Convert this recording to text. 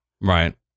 Right